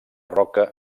roca